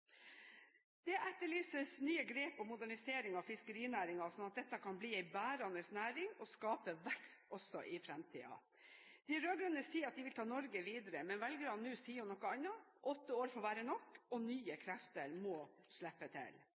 Det etterlyses nye grep om modernisering av fiskerinæringen, slik at dette kan bli en bærende næring og skape vekst også i fremtiden. De rød-grønne sier at de vil ta Norge videre, men velgerne sier nå noe annet. Åtte år får være nok, nye krefter må slippe til.